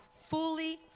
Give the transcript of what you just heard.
fully